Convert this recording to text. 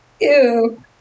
Ew